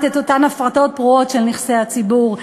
את אותן הפרטות פרועות של נכסי הציבור,